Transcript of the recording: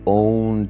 own